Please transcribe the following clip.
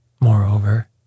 moreover